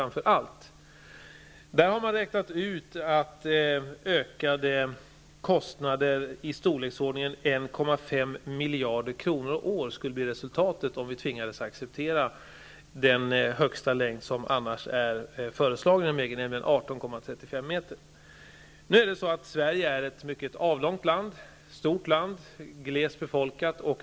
Man har räknat ut att ökade kostnader i storleksordningen 1, 5 miljarder kronor årligen skulle bli resultatet, om vi tvingades att acceptera den största längd som är föreslagen inom EG, nämligen 18, 35 meter. Sverige är ett mycket stort och avlångt land, som är glest befolkat.